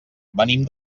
venim